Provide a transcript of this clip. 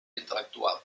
intel·lectual